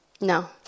No